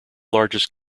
largest